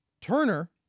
Turner